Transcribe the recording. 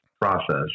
process